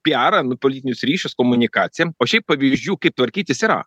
pijarą nu politinius ryšius komunikaciją o šiaip pavyzdžių kaip tvarkytis yra